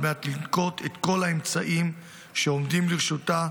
על מנת לנקוט את כל האמצעים שעומדים לרשותה,